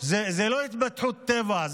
לא התפתחות טבע.